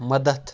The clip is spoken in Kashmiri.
مدتھ